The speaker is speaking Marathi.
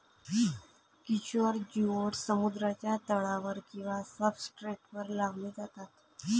किशोर जिओड्स समुद्राच्या तळावर किंवा सब्सट्रेटवर लावले जातात